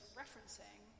referencing